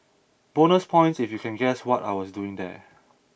bonus points if you can guess what I was doing there